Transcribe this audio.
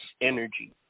energy